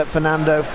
Fernando